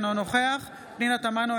אינו נוכח פנינה תמנו,